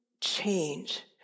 change